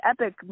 epic